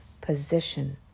position